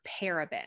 paraben